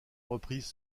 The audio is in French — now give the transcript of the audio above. reprise